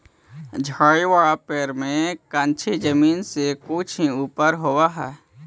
झाड़ी वाला पेड़ में कंछी जमीन से कुछे ही ऊपर होवऽ हई